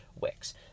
Wicks